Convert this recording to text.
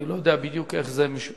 אני לא יודע בדיוק איך זה נעשה,